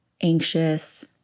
anxious